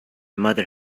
mother